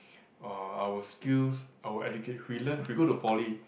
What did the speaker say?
uh our skills our educate we learn we go to poly